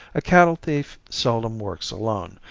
a cattle thief seldom works alone,